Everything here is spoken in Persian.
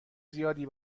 زیادی